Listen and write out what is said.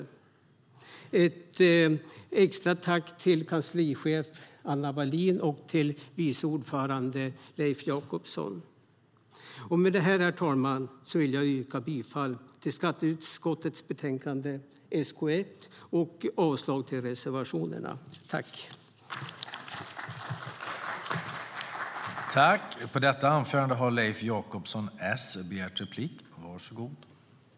Jag vill rikta ett extra tack till kanslichef Anna Wallin och till vice ordförande Leif Jakobsson. Med detta, herr talman, vill jag yrka bifall till skatteutskottets förslag i betänkande SkU1 och avslag på reservationerna.